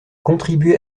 contribuer